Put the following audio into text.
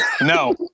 No